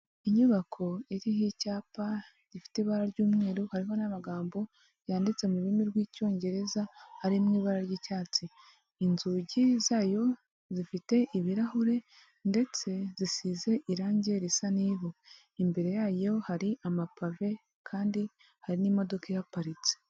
Inyubako iriho icyapa gifite ibara ry'umweru, hariho n'amagambo yanditse mu rurimi rw'icyongereza arimo ibara ry'icyatsi, inzugi zayo zifite ibirahure ndetse zisize irange risa n'ivu. Imbere yayo hari amapave kandi hari n'imodoka ihaparitse.